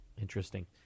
Interesting